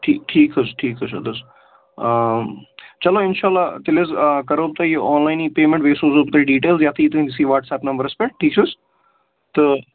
ٹھیٖک ٹھیٖک حظ ٹھیٖک حظ چھُ اَدٕ حظ چلو اِنشاء اللہ تیٚلہِ حظ کَرون تۄہہِ یہِ آن لاینٕے پیمٮ۪نٛٹ بیٚیہِ سوزو بہٕ تۄہہِ ڈِٹیلٕز یَتھٕے تُہٕنٛدِسٕے وَٹسیپ نمبرَس پٮ۪ٹھ ٹھیٖک چھِ حظ تہٕ